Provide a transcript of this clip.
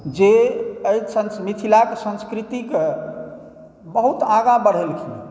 जे एहि मिथिलाक संस्कृतिकेँ बहुत आगाँ बढ़ेलखिन